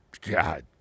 God